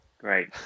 Great